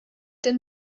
denn